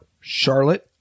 Charlotte